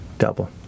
Double